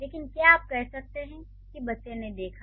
लेकिन क्या आप कह सकते हैं कि बच्चे ने देखा